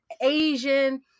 Asian